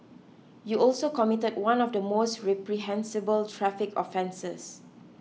you also committed one of the most reprehensible traffic offences